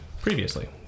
previously